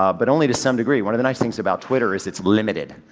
um but only to some degree. one of the nice things about twitter is it's limited,